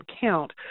count